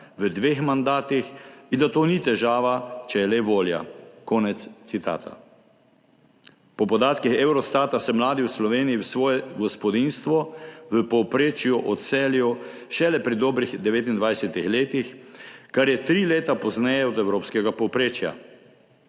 v dveh mandatih in da to ni težava, če je le volja.« Konec citata. Po podatkih Eurostata se mladi v Sloveniji v svoje gospodinjstvo v povprečju odselijo šele pri dobrih 29 letih, kar je tri leta pozneje od evropskega povprečja.